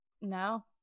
No